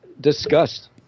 discussed